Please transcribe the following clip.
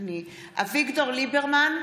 אביגדור ליברמן,